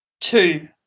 Two